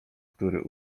który